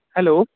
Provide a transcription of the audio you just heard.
hello